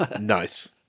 Nice